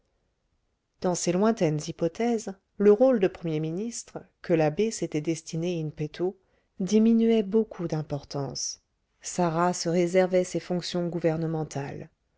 dans ces lointaines hypothèses le rôle de premier ministre que l'abbé s'était destiné in petto diminuait beaucoup d'importance sarah se réservait ces fonctions gouvernementales